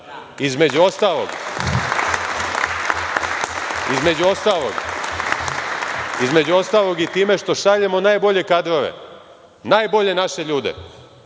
Između ostalog, i time što šaljemo najbolje kadrove, najbolje naše ljude